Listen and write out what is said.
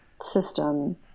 system